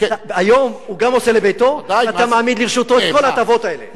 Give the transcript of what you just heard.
היום הוא גם עושה לביתו ואתה מעמיד לרשותו את כל ההטבות האלה.